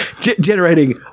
Generating